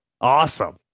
Awesome